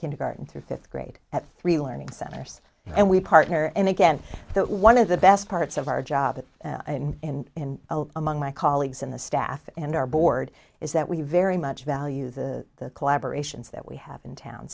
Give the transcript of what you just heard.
kindergarten through fifth grade at three learning centers and we partner and again that one of the best parts of our job and in among my colleagues in the staff and our board is that we very much value the collaboration so that we have in town